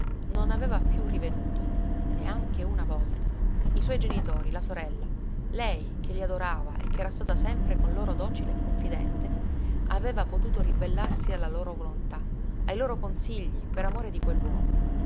non aveva piú riveduto neanche una volta i suoi genitori la sorella lei che li adorava e ch'era stata sempre con loro docile e confidente aveva potuto ribellarsi alla loro volontà ai loro consigli per amore di